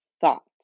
thoughts